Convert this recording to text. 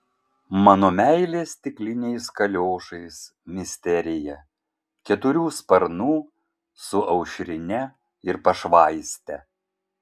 mano meilė stikliniais kaliošais misterija keturių sparnų su aušrine ir pašvaiste